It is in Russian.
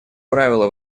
правила